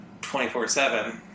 24-7